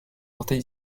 portés